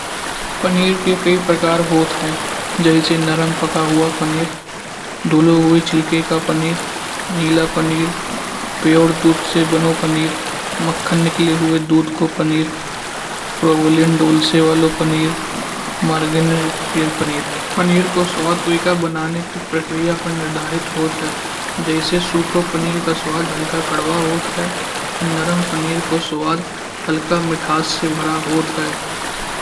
पनीर के कई प्रकार होते हैं जैसे नरम पका हुआ पनीर, धुले हुए छिलके का पनीर, नीला पनीर, पूरे दूध से बना पनीर, मक्खन निकाले हुए दूध का पनीर। प्रोवोलियन डोले से वाले पनीर, मार्गानो पनीर पनीर को स्वाद को बनाने की प्रक्रिया पर निर्धारित होता है। जैसे सुखो पनीर का स्वाद हल्का कड़वा होता है और नरम पनीर का स्वाद हल्का मिठास से भरा होता है।